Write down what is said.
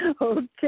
Okay